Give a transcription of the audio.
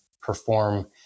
perform